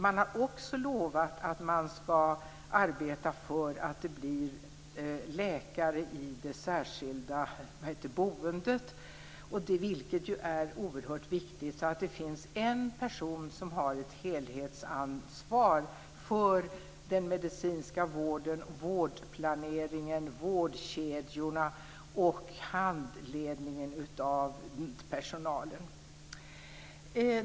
Man har också lovat att arbeta för att det skall finnas läkare i fråga om det särskilda boendet - detta är oerhört viktigt - så att det finns en person som har ett helhetsansvar för den medicinska vården, vårdplaneringen, vårdkedjorna och handledningen av personalen.